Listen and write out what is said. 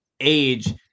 age